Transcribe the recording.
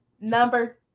Number